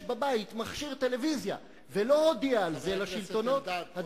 בבית מכשיר טלוויזיה ולא הודיע על זה לשלטונות.